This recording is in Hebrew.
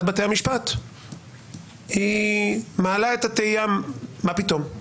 בתי המשפט מעלה את התהייה: מה פתאום?